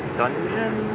dungeon